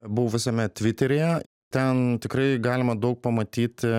buvusiame tviteryje ten tikrai galima daug pamatyti